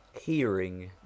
hearing